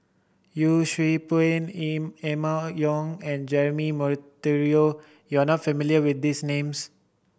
Yee Siew Pun Emma Yong and Jeremy Monteiro you are not familiar with these names